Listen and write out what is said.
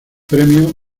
premio